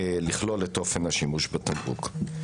לכלול את אופן השימוש בתמרוק.